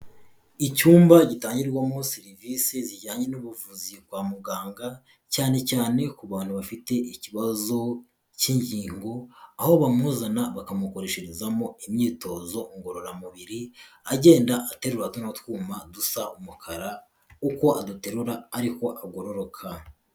Icyumba gitangirwamo serivisi zijyanye n'ubuvuzi kwa muganga cyane cyane ku bantu bafite ikibazo cy'inkingo, aho bamuzana bakamukoresherezamo imyitozo ngororamubiri agenda aterurwa tuno twuma dusa umukara uko aduterura ariko agororoka.